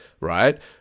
right